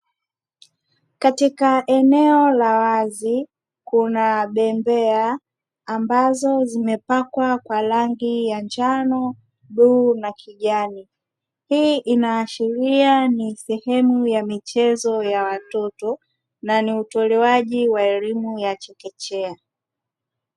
Katika eneo la wazi kuna bembea ambazo zimepakwa kwa rangi ya njano, bluu na kijani. Hii inaashiria ni sehemu ya michezo ya watoto na ni utolewaji wa elimu ya chekechea.